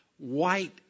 White